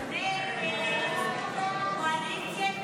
הסתייגות 45 לא נתקבלה.